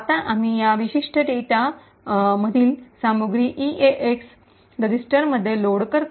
आता आम्ही त्या वैश्विक डेटा मधील सामग्री ईएएक्स रजिस्टरमध्ये लोड करतो